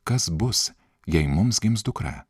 kas bus jei mums gims dukra